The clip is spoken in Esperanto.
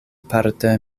parte